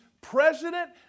president